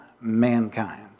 mankind